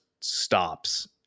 stops